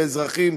לאזרחים,